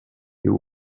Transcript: you